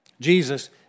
Jesus